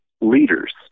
leaders